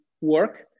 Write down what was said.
work